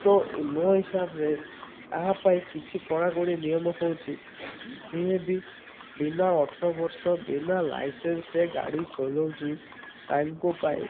ତ ମୋ ହିସାବରେ ଏହା ପାଇଁ କିଛି କଡ଼ା କଡ଼ି ନିୟମ ହେଉଛି ଯିଏ ବିି ବିନା ଅଠର ବର୍ଷ ବିନା ଲାଇସେନ୍ସରେ ଗାଡ଼ି ଚଲାଉଛି ତାଙ୍କ ପାଇଁ